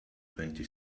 twenty